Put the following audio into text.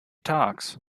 talks